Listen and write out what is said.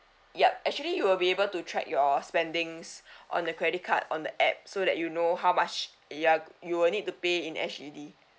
yup actually you'll be able to track your spendings on the credit card on the app so that you know how much you're you will need to pay in H_E_D